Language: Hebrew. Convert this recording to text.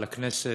לכנסת,